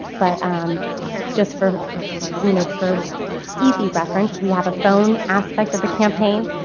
but just for you know, for easy reference, we have a phone aspect of the campaign,